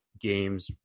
games